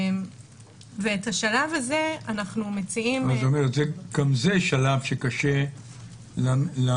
ואת השלב הזה אנחנו מציעים --- את אומרת שגם זה שלב שקשה למתלוננת.